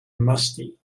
musty